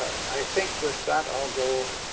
i think with that, i'll go